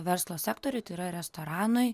verslo sektoriui tai yra restoranui